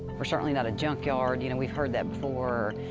we're certainly not a junkyard. you know we've heard that before.